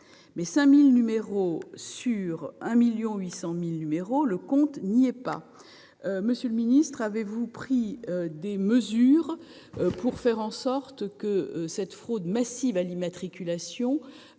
radiés. Sur un total de 1,8 million, le compte n'y est pas ! Monsieur le ministre, avez-vous pris des mesures pour faire en sorte que cette fraude massive à l'immatriculation